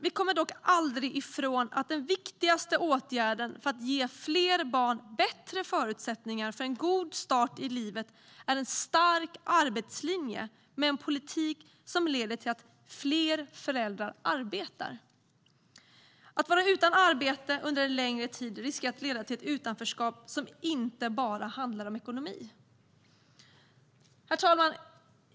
Vi kommer dock aldrig ifrån att den viktigaste åtgärden för att ge fler barn bättre förutsättningar för en god start i livet är en stark arbetslinje med en politik som leder till att fler föräldrar arbetar. Att vara utan arbete under en längre tid riskerar att leda till ett utanförskap som inte bara handlar om ekonomi. Herr talman!